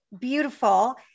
beautiful